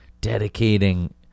dedicating